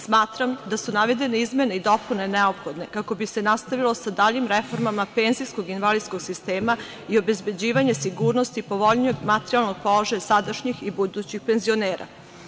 Smatram da su navedene izmene i dopune neophodne kako bi se nastavilo sa daljim reformama penzijskog i invalidskog sistema i obezbeđivanja sigurnosti, povoljnijeg materijalnog položaja sadašnjih i budućih penzionera.